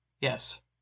Yes